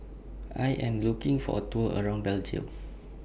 I Am looking For A Tour around Belgium